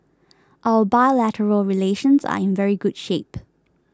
our bilateral relations are in very good shape